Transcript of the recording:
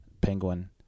Penguin